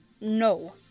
no